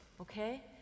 okay